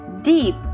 deep